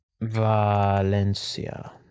Valencia